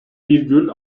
virgül